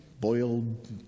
boiled